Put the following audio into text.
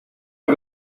que